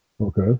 Okay